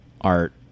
art